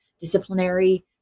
disciplinary